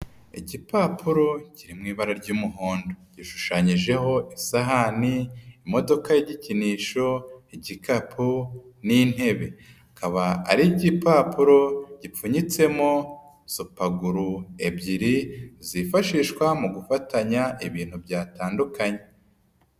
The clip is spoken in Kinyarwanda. Igipapuro kiri mu ibara ry'umuhondo gishushanyijeho isahani, imodoka y'igikinisho igikapu n'intebe, akaba ari igipapuro gipfunyitsemo supaguru ebyiri zifashishwa mu gufatanya ibintu byatandukanye.